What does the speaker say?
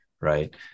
right